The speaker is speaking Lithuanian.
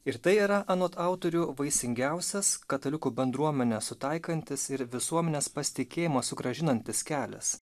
ir tai yra anot autorių vaisingiausias katalikų bendruomenes sutaikantis ir visuomenės pasitikėjimo sugrąžinantis kelias